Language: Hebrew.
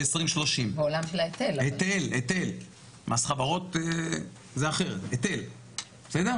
מס חברות, כמובן זה כבר סיפור